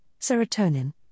serotonin